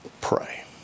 Pray